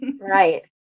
Right